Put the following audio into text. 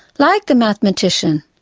like the mathematician,